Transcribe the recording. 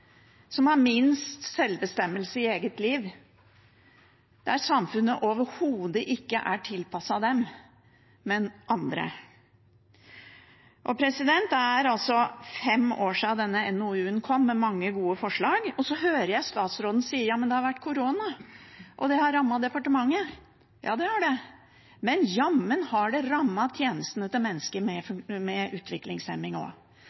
som har minst selvbestemmelse i eget liv, der samfunnet overhodet ikke er tilpasset dem, men andre. Det er altså fem år siden denne NOU-en kom med mange gode forslag, og så hører jeg statsråden si at det har vært korona, og det har rammet departementet. Ja, det har det, men jammen har det rammet tjenestene til mennesker med